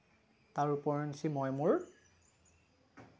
তাৰ ওপৰঞ্চি মই মোৰ